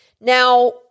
Now